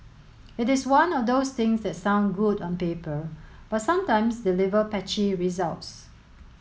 it is one of those things that sounds good on paper but sometimes deliver patchy results